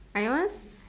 I once